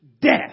death